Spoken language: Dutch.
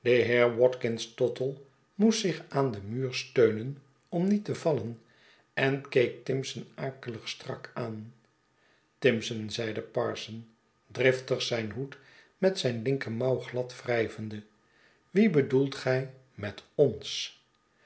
watkins tottle moest zich aan den muur steunen om niet te vallen en keek timson akelig strak aan timson zeide parsons driftig zijn hoed met zijn linkermouw glad wrijvende wie bedoelt gij met ons